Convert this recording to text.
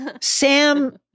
Sam